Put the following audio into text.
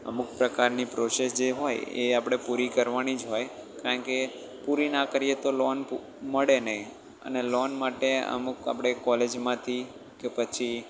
અમુક પ્રકારની પ્રોસેસ જે હોય એ આપણે પૂરી કરવાની જ હોય કારણ કે પૂરી ના કરીએ તો લોન મળે નહીં અને લોન માટે અમુક આપણે કોલેજમાંથી કે પછી